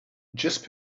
just